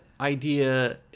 idea